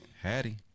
Hattie